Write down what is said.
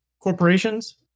corporations